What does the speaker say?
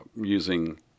using